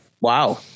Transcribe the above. wow